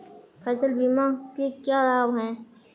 फसल बीमा के क्या लाभ हैं?